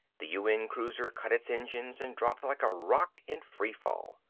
the un cruiser cut its engines and dropped like a rock in free fall.